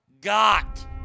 got